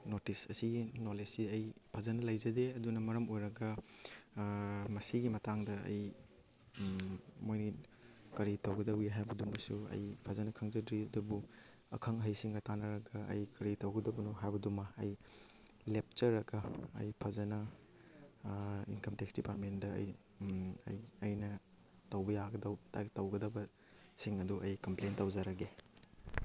notice ꯑꯁꯤꯒꯤ knowledge ꯑꯁꯤ ꯑꯩ ꯐꯖꯅ ꯂꯩꯖꯗꯦ ꯑꯗꯨꯅ ꯃꯔꯝ ꯑꯣꯏꯔꯒ ꯃꯁꯤꯒꯤ ꯃꯇꯥꯡꯗ ꯑꯩ ꯃꯣꯏꯒꯤ ꯀꯔꯤ ꯇꯧꯒꯗꯒꯦ ꯍꯥꯏꯕꯗꯨꯁꯨ ꯐꯖꯅ ꯈꯪꯖꯗ꯭ꯔꯤ ꯑꯗꯨꯕꯨ ꯑꯈꯪ ꯑꯍꯩꯁꯤꯡꯒ ꯇꯥꯟꯅꯔꯒ ꯑꯩ ꯀꯔꯤ ꯇꯧꯒꯗꯕꯅꯣ ꯍꯥꯏꯕꯗꯨ ꯑꯃ ꯑꯩ ꯂꯦꯞꯆꯔꯒ ꯑꯩ ꯐꯖꯅ ꯏꯟꯀꯝ ꯇꯦꯛꯁ ꯗꯤꯄꯥꯔꯠꯃꯦꯟꯗ ꯑꯩ ꯑꯩ ꯑꯩꯅ ꯇꯧꯕ ꯌꯥꯒꯗꯧꯕ ꯇꯧꯒꯗꯧꯕ ꯁꯤꯡ ꯑꯗꯨ ꯑꯩ ꯀꯝꯄ꯭ꯂꯦꯟ ꯇꯧꯖꯔꯒꯦ